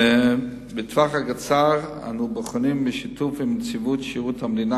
בטווח הקצר אנו בוחנים בשיתוף עם נציבות שירות המדינה